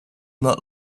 not